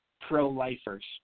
pro-lifers